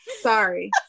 sorry